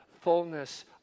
fullness